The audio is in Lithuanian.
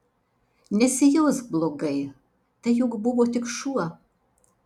nesijausk blogai tai juk buvo tik šuo